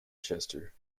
chester